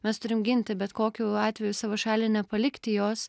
mes turim ginti bet kokiu atveju savo šalį nepalikti jos